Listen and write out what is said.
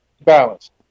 Balance